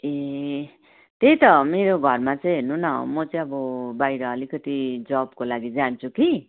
ए त्यही त मेरो घरमा चाहिँ हेर्नु न म चाहिँ अब बाहिर अलिकति जबको लागि जान्छु कि